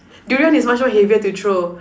durian is much more heavier to throw ha ha